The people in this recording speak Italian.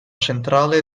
centrale